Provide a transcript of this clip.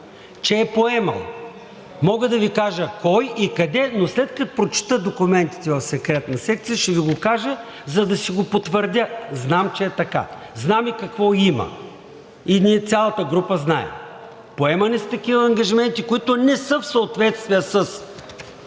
че е поемано. Мога да Ви кажа кой и къде, но след като прочета документите в Секретна секция, ще Ви го кажа, за да си го потвърдя. Знам, че е така, знам и какво има, и ние, цялата група, знаем. Поемани са такива ангажименти, които не са в съответствие с